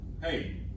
Hey